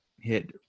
hit